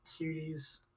cuties